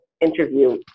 interview